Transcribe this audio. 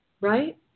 right